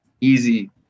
Easy